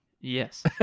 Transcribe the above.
Yes